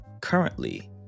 currently